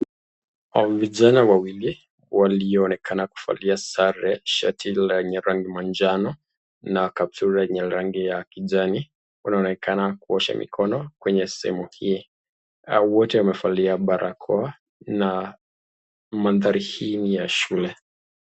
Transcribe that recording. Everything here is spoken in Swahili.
Vijana wawili walionekana kuvaa sare , shati lenye rangi majano na kaptula yenye rangi ya kijani wanaonekana kuosha mikono kwenye sehemu hii ,hao wote wamevalia barakoa na mandhari hii ni ya shule.